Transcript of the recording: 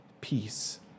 peace